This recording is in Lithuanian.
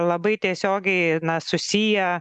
labai tiesiogiai susiję